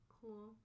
cool